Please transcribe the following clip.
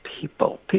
people